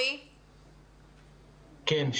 כן.